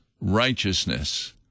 righteousness